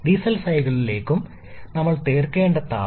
diesel സൈക്കിളിലേക്കും നമ്മൾ ചേർക്കേണ്ട താപം